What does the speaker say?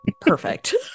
Perfect